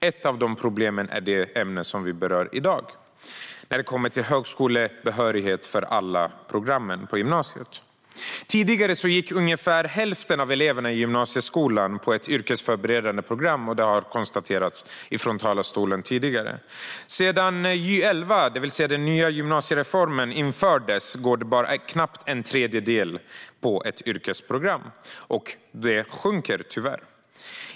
Ett av dessa problem är det ämne som vi berör i dag, nämligen högskolebehörighet för alla program på gymnasiet. Tidigare gick ungefär hälften av eleverna i gymnasieskolan ett yrkesförberedande program, vilket har konstaterats från talarstolen tidigare. Sedan Gy 2011, det vill säga den nya gymnasieskolan, infördes går bara knappt en tredjedel ett yrkesprogram, och det sjunker tyvärr.